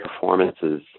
performances